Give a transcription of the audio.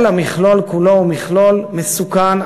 כל המכלול כולו הוא מכלול מסוכן,